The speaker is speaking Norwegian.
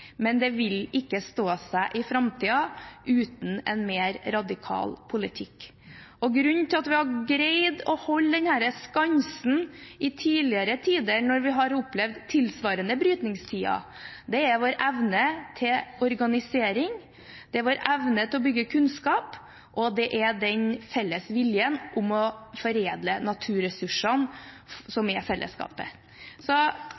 men det vil ikke stå seg i framtiden uten en mer radikal politikk. Grunnen til at vi har greid å holde denne skansen tidligere når vi har opplevd tilsvarende brytningstider, er vår evne til organisering, vår evne til å bygge kunnskap og vår felles vilje til å foredle naturressursene